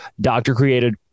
doctor-created